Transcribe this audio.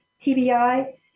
TBI